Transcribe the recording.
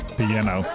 piano